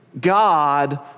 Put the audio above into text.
God